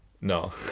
No